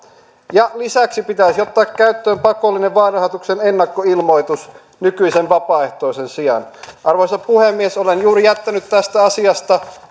ja lisäksi pitäisi ottaa käyttöön pakollinen vaalirahoituksen ennakkoilmoitus nykyisen vapaaehtoisen sijaan arvoisa puhemies olen juuri jättänyt tästä asiasta